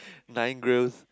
nine grows